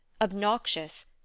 obnoxious